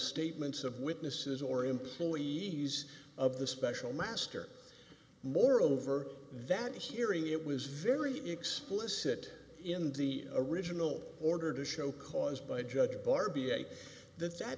statements of witnesses or employees of the special master moreover that hearing it was very explicit in the original order to show cause by judge bar b a that that